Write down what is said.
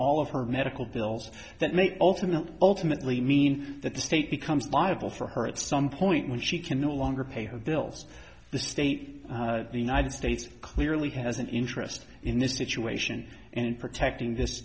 all of her medical bills that may ultimately ultimately mean that the state becomes liable for her at some point when she can no longer pay her bills the state the united states clearly has an interest in this situation and in protecting